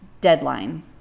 deadline